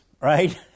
right